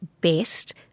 best